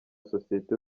sosiyete